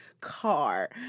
car